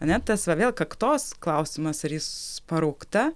ane tas va vėl kaktos klausimas ar jis paraukta